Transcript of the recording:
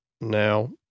Now